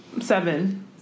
Seven